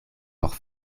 por